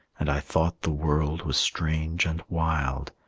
and i thought the world was strange and wild,